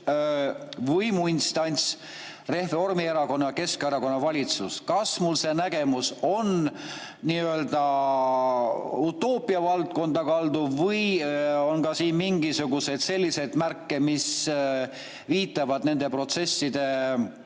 võimuinstants – Reformierakonna ja Keskerakonna valitsus. Kas mul see nägemus on nii-öelda utoopia valdkonda kalduv või on siin ka mingisuguseid selliseid märke, mis viitavad nende protsesside